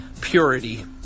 purity